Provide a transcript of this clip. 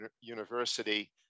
university